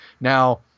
now